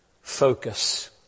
focus